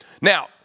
Now